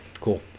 Cool